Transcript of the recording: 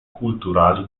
culturali